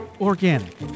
organic